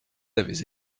avez